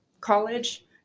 college